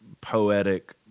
poetic